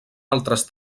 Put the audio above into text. altres